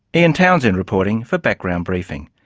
ian townsend reporting for background briefing.